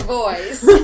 voice